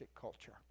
culture